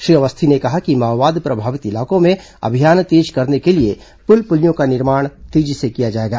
श्री अवस्थी ने कहा कि माओवाद प्रभावित इलाकों में अभियान तेज करने के लिए पुल पुलियों का निर्माण तेजी से किया जाएगा